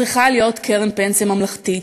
צריכה להיות קרן פנסיה ממלכתית,